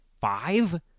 five